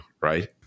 right